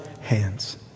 hands